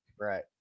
Right